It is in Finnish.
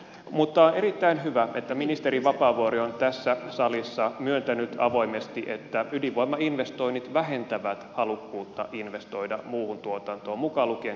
mutta on erittäin hyvä että ministeri vapaavuori on tässä salissa myöntänyt avoimesti että ydinvoimainvestoinnit vähentävät halukkuutta investoida muuhun tuotantoon mukaan lukien kotimainen energia